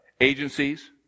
agencies